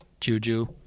Juju